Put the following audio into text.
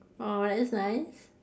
!aww! that's nice